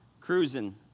cruising